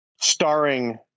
Starring